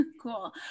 Cool